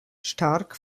stark